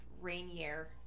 Rainier